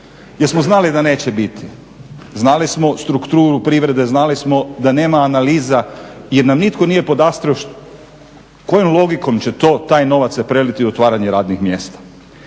jer smo znali da neće biti, znali smo strukturu privrede, znali smo da nema analiza jer nam nitko nije podastrio kojom logikom će to taj novac preliti u otvaranje radnih mjesta.